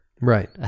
Right